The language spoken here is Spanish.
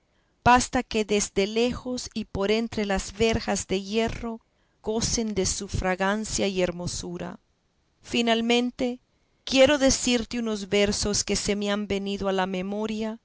basta que desde lejos y por entre las verjas de hierro gocen de su fragrancia y hermosura finalmente quiero decirte unos versos que se me han venido a la memoria